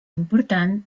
important